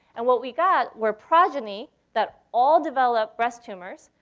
and what we got were progeny that all developed breast tumors,